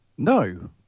No